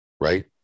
right